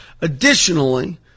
Additionally